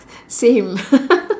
same